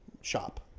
shop